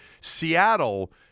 Seattle